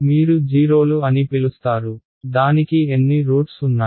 మీరు జీరోలు అని పిలుస్తారు దానికి ఎన్ని రూట్స్ ఉన్నాయి